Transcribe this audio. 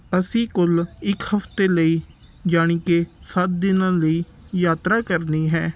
ਅਸੀਂ ਕੁੱਲ ਇੱਕ ਹਫ਼ਤੇ ਲਈ ਯਾਨੀ ਕਿ ਸੱਤ ਦਿਨਾਂ ਲਈ ਯਾਤਰਾ ਕਰਨੀ ਹੈ